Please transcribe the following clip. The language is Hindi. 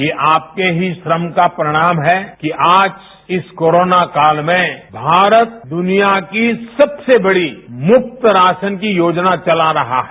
यह आपके ही श्रम का परिणाम है कि आज इस कोरोना काल में भारत दुनिया की सबसे बड़ी मुफ्त राशन की परियोजना चला रहा है